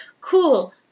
Cool